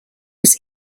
was